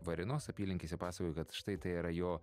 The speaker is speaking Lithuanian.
varėnos apylinkėse pasakojo kad štai tai yra jo